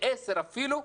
ו-10 אפילו,